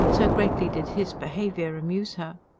so greatly did his behaviour amuse her.